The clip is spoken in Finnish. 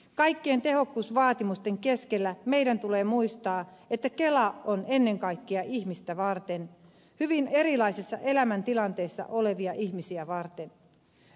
kaikkien tehokkuusvaatimusten keskellä meidän tulee muistaa että kela on ennen kaikkea ihmistä varten hyvin erilaisissa elämäntilanteissa olevia ihmisiä varten